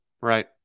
Right